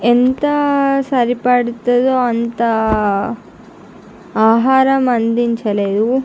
ఎంత సరిపడుతుందో అంత ఆహారం అందించలేదు